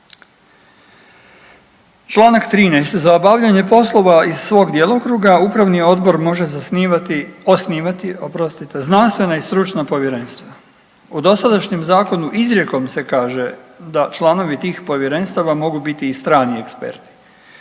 Čl. 13. „Za obavljanje poslova iz svog djelokruga upravni odbor može osnivati znanstvena i stručna povjerenstva.“ U dosadašnjem zakonu izrijekom se kaže da članovi tih povjerenstava mogu biti i strani eksperti,